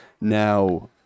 now